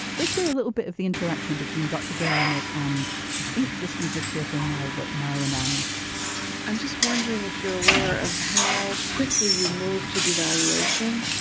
let's hear a little bit of the interaction between dr. girl nick and i think just we just hear from mo but mo and danny i'm just wondering if you're aware of how quickly you move to devaluation